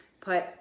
put